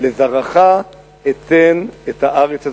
"לזרעך אתן את הארץ הזאת".